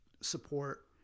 support